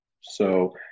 So-